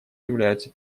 являются